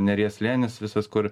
neries slėnis visas kur